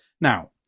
Now